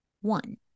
One